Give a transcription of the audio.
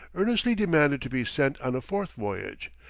earnestly demanded to be sent on a fourth voyage,